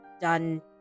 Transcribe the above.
done